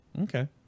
Okay